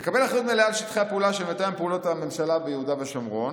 "יקבל אחריות מלאה על שטחי הפעולה של מתאם פעולות הממשלה ביהודה ושומרון